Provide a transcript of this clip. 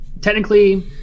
Technically